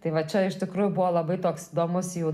tai va čia iš tikrųjų buvo labai toks įdomus jų